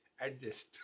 adjust